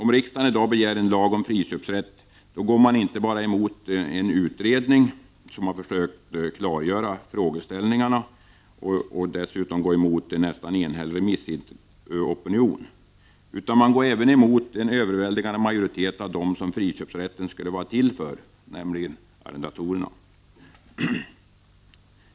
Om riksdagen i dag begär en lag om friköpsrätt går man inte bara emot en utredning, som har försökt klargöra frågeställningarna, och en nästan enhällig remissopinion, utan även emot en överväldigande majoritet av dem som friköpsrätten skulle vara till för, nämligen arrendatorerna.